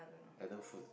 Adam food